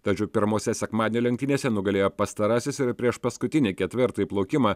tačiau pirmose sekmadienio lenktynėse nugalėjo pastarasis ir prieš paskutinį ketvirtąjį plaukimą